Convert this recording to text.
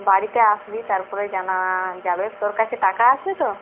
বাড়িতে আসবি তারপরে জানা যাবে তোর কাছে টাকা আছে তো